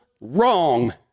wrong